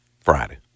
Friday